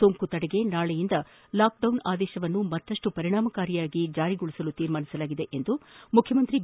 ಸೋಂಕು ತಡೆಗೆ ನಾಳೆಯಿಂದ ಲಾಕ್ಡೌನ್ ಆದೇಶವನ್ನು ಮತ್ತಪ್ಪು ಪರಿಣಾಮಕಾರಿಯಾಗಿ ಜಾರಿಗೊಳಿಸಲು ನಿರ್ಧರಿಸಲಾಗಿದೆ ಎಂದು ಮುಖ್ಯಮಂತ್ರಿ ಬಿ